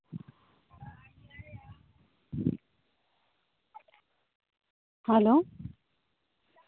hello